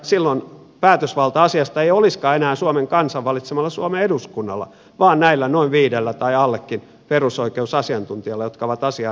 silloin päätösvalta asiasta ei olisikaan enää suomen kansan valitsemalla suomen eduskunnalla vaan näillä noin viidellä tai allekin perusoikeusasiantuntijalla jotka ovat asiaa näin tulkinneet